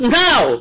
now